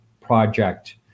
Project